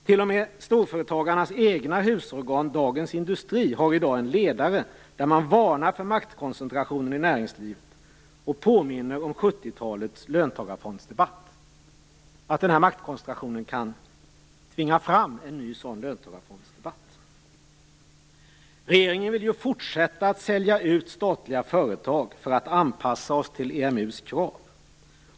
T.o.m. storföretagarnas eget husorgan Dagens Industri har i dag en ledare där man varnar för maktkoncentrationen i näringslivet och påminner om 70 talets löntagarfondsdebatt. Man säger att denna maktkoncentration kan tvinga fram en ny löntagarfondsdebatt. Regeringen vill fortsätta att sälja ut statliga företag för att anpassa Sverige till EMU:s krav.